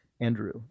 Andrew